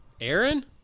Aaron